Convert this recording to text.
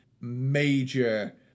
major